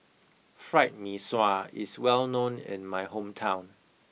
Fried Mee Sua is well known in my hometown